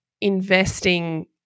investing